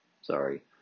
sorry